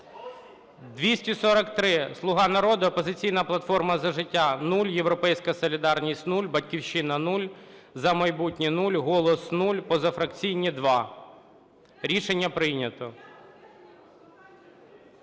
243 – "Слуга народу", "Опозиційна платформа - За життя" – 0, "Європейська солідарність" – 0, "Батьківщина" – 0, "За майбутнє" – 0, "Голос" – 0, позафракційні – 2. Рішення прийнято.